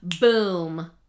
boom